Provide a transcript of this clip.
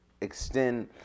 extend